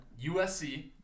USC